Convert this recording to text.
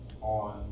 on